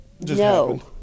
No